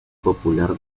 popular